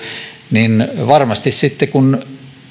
niin varmasti sitten kun